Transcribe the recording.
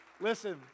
Listen